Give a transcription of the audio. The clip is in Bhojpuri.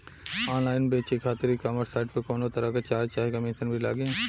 ऑनलाइन बेचे खातिर ई कॉमर्स साइट पर कौनोतरह के चार्ज चाहे कमीशन भी लागी?